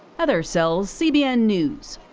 heather sells, cbn news.